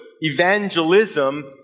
evangelism